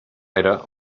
era